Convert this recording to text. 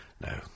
No